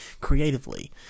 creatively